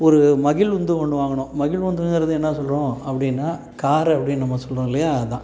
ஒரு மகிழுந்து ஒன்று வாங்கினோம் மகிழுந்துங்கிறது என்ன சொல்லுவோம் அப்படின்னா கார் அப்படின்னு நம்ம சொல்கிறோம் இல்லையா அது தான்